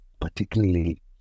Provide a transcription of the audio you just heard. particularly